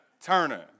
Turner